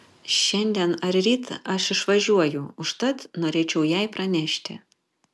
šiandien ar ryt aš išvažiuoju užtat norėčiau jai pranešti